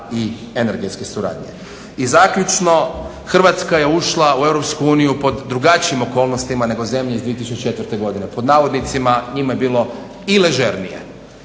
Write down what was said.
i energetske suradnje. I zaključno, Hrvatska je ušla u EU pod drugačijim okolnostima nego zemlje iz 2004.godine "njima je bilo i ležernije".